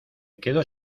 quedo